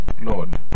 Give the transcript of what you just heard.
Lord